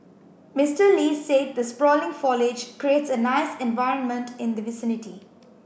Mister Lee said the sprawling foliage creates a nice environment in the vicinity